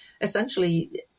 essentially